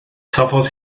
cafodd